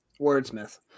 Wordsmith